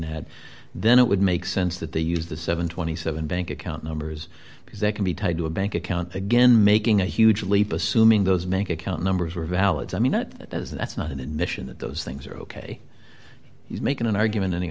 than had then it would make sense that they use the seven hundred and twenty seven bank account numbers because that can be tied to a bank account again making a huge leap assuming those bank account numbers were valid i mean not that as that's not an admission that those things are ok he's making an argument any